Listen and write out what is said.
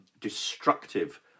destructive